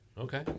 Okay